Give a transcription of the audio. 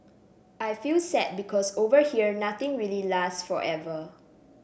I feel sad because over here nothing really last forever